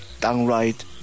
downright